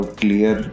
clear